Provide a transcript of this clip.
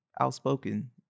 outspoken